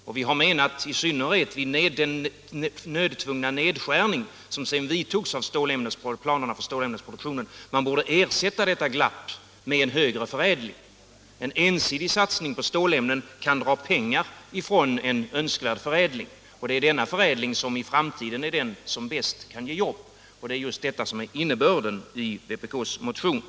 Och vi har menat att man, i synnerhet vid den nödtvungna nedskärning av planerna för stålämnesproduktionen som sedan vidtogs, borde ersätta detta glapp med högre förädling. En ensidig satsning på stålämnen kan dra pengar från en önskvärd förädling. Och det är denna förädling som i framtiden är den som bäst kan ge jobb. Det är just detta som är innebörden i vpk:s motion.